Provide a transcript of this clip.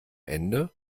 ende